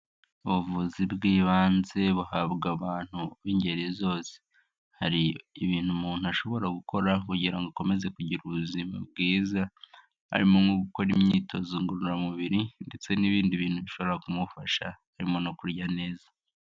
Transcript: Ubuvuzi bw'ibanze buhabwa abantu b'ingeri zose, hari ibintu umuntu ashobora gukora kugira ngo akomeze kugira ubuzima bwiza harimo nko gukora imyitozo ngororamubiri ndetse n'ibindi bintu bishobora kumufasha, harimo no kurya neza.